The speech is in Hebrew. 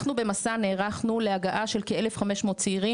אנחנו ב'מסע' נערכנו להגעה של כ-1,500 צעירים